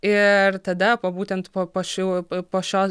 ir tada po būtent po po šių po šio